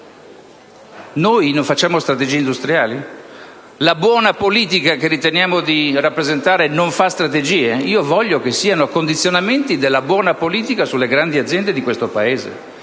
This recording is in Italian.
Noi non facciamo strategia industriale? La buona politica che riteniamo di rappresentare non fa strategie? Io voglio che vi siano condizionamenti della buona politica sulle grandi aziende di questo Paese